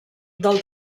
del